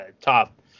top